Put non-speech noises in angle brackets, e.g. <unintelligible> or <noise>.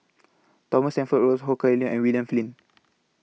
Thomas and <unintelligible> Ho Kah Leong and William Flint <noise>